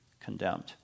condemned